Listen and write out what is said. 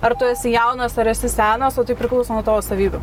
ar tu esi jaunas ar esi senas o tai priklauso nuo to savybių